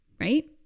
right